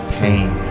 pain